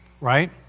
right